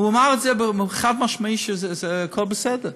הוא אמר חד-משמעית שהכול בסדר.